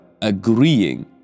agreeing